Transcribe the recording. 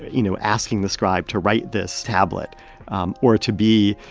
you know, asking the scribe to write this tablet um or to be,